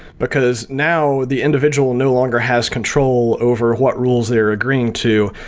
because now the individual no longer has control over what rules they're agreeing to.